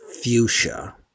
fuchsia